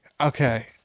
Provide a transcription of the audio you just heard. Okay